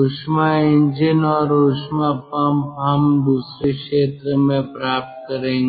ऊष्मा इंजन और ऊष्मा पंप हम दूसरे क्षेत्र में प्राप्त करेंगे